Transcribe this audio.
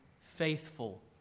faithful